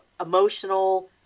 emotional